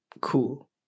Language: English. Cool